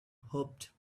hoped